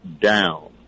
down